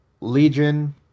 Legion